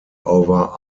over